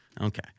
Okay